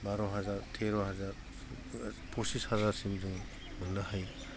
बार' हाजार तेर' हाजार पसिस हाजारसिम जोङो मोननो हायो